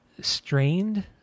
strained